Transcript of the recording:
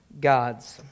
gods